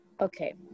Okay